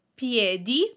Piedi